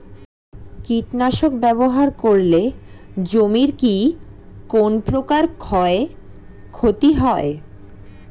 কীটনাশক ব্যাবহার করলে জমির কী কোন প্রকার ক্ষয় ক্ষতি হয়?